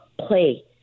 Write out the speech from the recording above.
play